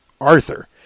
Arthur